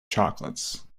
chocolates